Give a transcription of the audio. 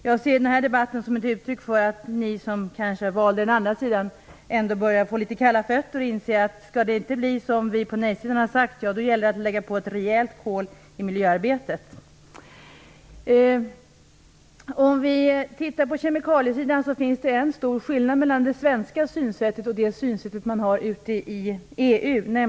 Jag ser denna debatt som ett uttryck för att ni som valde den andra sidan ändå börjar få kalla fötter och inser att det gäller att lägga på ett rejält kol i miljöarbetet om det inte skall bli som vi på nej-sidan har sagt. På kemikaliesidan finns det en stor skillnad mellan det svenska synsättet och det synsätt man har ute i EU.